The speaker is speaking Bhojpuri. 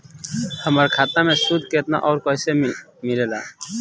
हमार खाता मे सूद केतना आउर कैसे मिलेला?